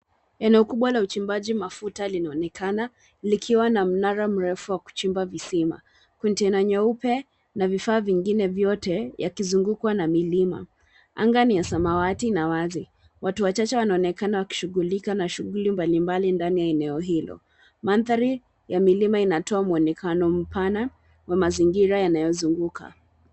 Eneo kubwa la uchimbaji mafuta linaonekana, likiwa na mnara mrefu wa kuchimba visima. Kontena nyeupe na vifaa vingine vyote yakizungukwa na milima. Anga ni ya samawati na wazi, na watu wachache wanaonekana wakijihusisha na shughuli mbalimbali ndani ya eneo hilo. Mandhari ya milima inatoa mwonekano mpana wa mazingira yanayozunguka.